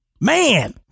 Man